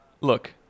look